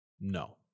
No